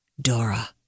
Dora